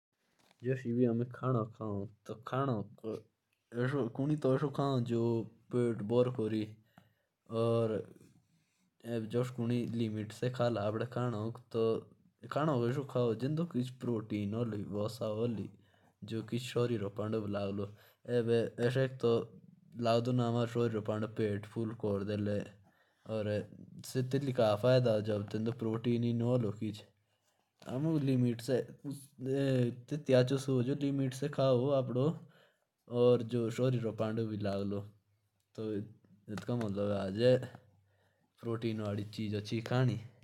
जैसे हम खाना खाते हैं तो ऐसे खाओ की शरीर को भी लगे। पर कोई ऐसा होता है कि खाना तो दबा के खाता है लेकिन लगता कुछ नहीं है।